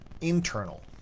internal